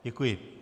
Děkuji.